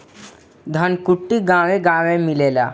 धनकुट्टी गांवे गांवे मिलेला